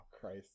Christ